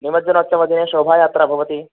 निमज्जनोत्सवदिने शोभयात्रा भवति